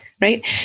Right